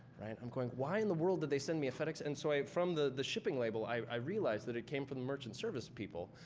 right um going, why in the world did they send me a fedex? and so, from the the shipping label, i realize that it came from the merchant service people.